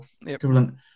equivalent